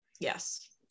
Yes